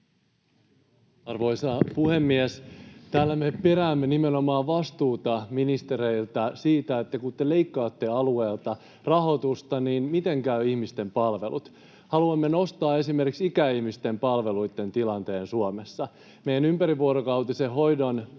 Arvoisa puhemies! Täällä me peräämme nimenomaan vastuuta ministereiltä siitä, että kun te leikkaatte alueilta rahoitusta, niin miten käy ihmisten palveluiden. Haluamme nostaa esimerkiksi ikäihmisten palveluitten tilanteen Suomessa. Meidän ympärivuorokautisen hoidon